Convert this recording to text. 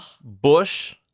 Bush